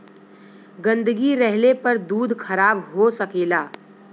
गन्दगी रहले पर दूध खराब हो सकेला